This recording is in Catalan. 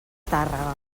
tàrrega